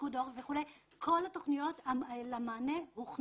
פיקוד העורף וכולי כל התוכניות למענה הוכנו.